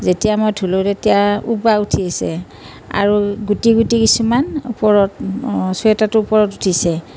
যেতিয়া মই ধুলোঁ তেতিয়া উবা উঠি আহিছে আৰু গুটি গুটি কিছুমান ওপৰত চুৱেটাৰটোৰ ওপৰত উঠিছে